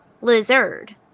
Lizard